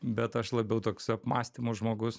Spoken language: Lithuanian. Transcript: bet aš labiau toks apmąstymo žmogus